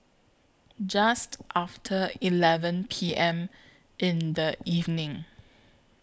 Just after eleven P M in The evening